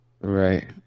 right